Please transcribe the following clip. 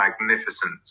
magnificent